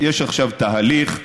יש עכשיו תהליך,